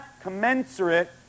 commensurate